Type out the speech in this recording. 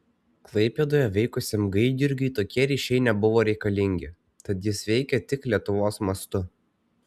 klaipėdoje veikusiam gaidjurgiui tokie ryšiai nebuvo reikalingi tad jis veikė tik lietuvos mastu